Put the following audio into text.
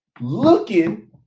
Looking